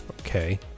okay